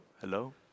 Hello